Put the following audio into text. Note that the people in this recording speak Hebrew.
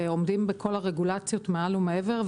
עומדים בכל הרגולציות מעל ומעבר,